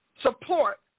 support